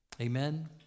Amen